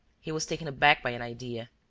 he was taken aback by an idea.